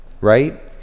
right